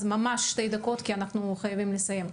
ואז אנחנו חייבים לסיים.